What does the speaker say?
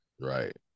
Right